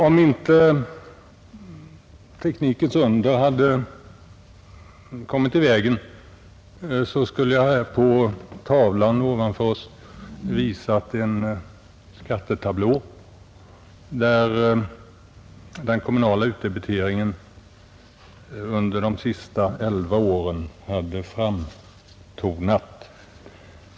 Om inte teknikens under hade strejkat, skulle jag här på TV-skärmen ha visat en skattetablå, där den kommunala utdebiteringen under de senaste elva åren hade framtonat.